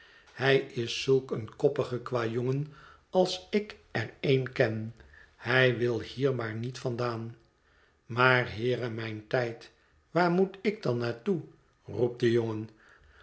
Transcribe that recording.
hij is zulk een koppige kwajongen als ik er een ken hij wil hier maar niet vandaan maar heere mijn tijd waar moet ik dan naar toe roept de jongen